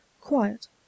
quiet